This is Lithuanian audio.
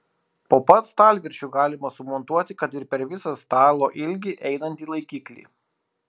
po pat stalviršiu galima sumontuoti kad ir per visą stalo ilgį einantį laikiklį